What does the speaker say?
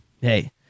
hey